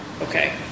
Okay